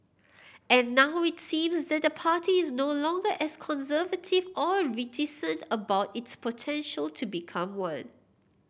and now it seems that the party is no longer as conservative or reticent about its potential to become one